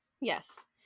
Yes